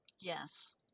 yes